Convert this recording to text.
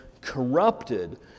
corrupted